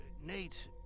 Nate